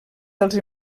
dels